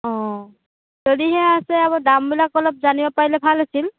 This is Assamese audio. অঁ যদিহে আছে দামবিলাক অলপ জানিব পৰিলে ভাল আছিল